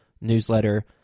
newsletter